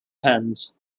hands